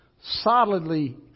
solidly